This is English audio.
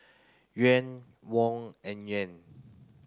Yuan Won and Yen